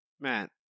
Matt